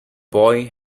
boy